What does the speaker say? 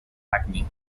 hackney